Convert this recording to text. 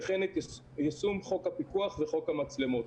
וכן את יישום חוק הפיקוח וחוק המצלמות.